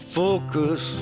focus